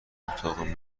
اتاقم